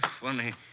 Funny